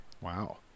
Wow